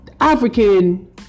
African